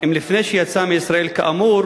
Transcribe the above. אם לפני שיצא מישראל כאמור